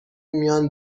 میان